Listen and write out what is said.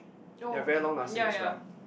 they are very long lasting as well